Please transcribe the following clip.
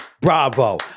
Bravo